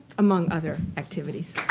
among other activities.